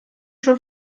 schon